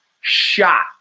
Shot